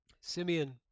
Simeon